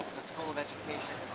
the school of education